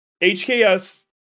HKS